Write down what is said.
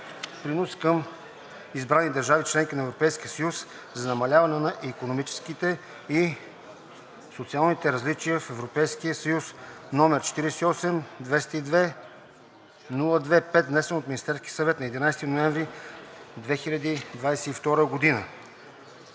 принос към избрани държави – членки на Европейския съюз, за намаляване на икономическите и социалните различия в Европейския съюз, № 48-202-02-5, внесен от Министерския съвет на 11 ноември 2022 г.